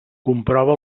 comprova